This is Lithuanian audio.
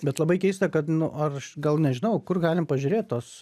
bet labai keista kad nu ar aš gal nežinau kur galim pažiūrėt tuos